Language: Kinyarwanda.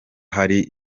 hari